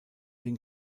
den